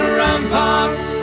ramparts